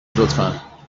لطفا